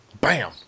Bam